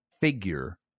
figure